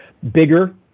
bigger